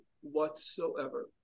whatsoever